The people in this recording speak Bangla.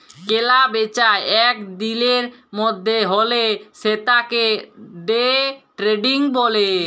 কেলা বেচা এক দিলের মধ্যে হ্যলে সেতাকে দে ট্রেডিং ব্যলে